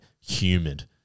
humid